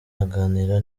aganira